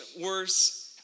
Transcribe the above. worse